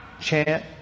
chant